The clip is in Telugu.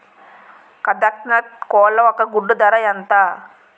కదక్నత్ కోళ్ల ఒక గుడ్డు ధర ఎంత?